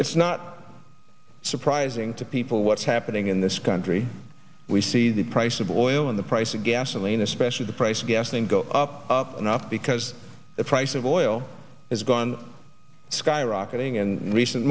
it's not surprising to people what's happening in this country we see the price of oil in the price of gasoline especially the price of gasoline go up up enough because the price of oil has gone skyrocketing in recent